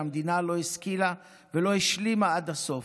שהמדינה לא השכילה ולא השלימה עד הסוף.